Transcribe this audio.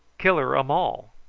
killer um all.